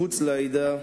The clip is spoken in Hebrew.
מחוץ לעדה.